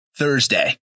Thursday